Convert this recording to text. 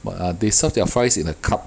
but uh they serve their fries in a cup